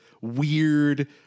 weird